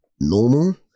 normal